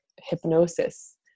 hypnosis